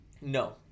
no